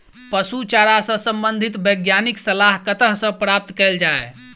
पशु चारा सऽ संबंधित वैज्ञानिक सलाह कतह सऽ प्राप्त कैल जाय?